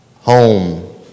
home